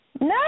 No